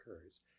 occurs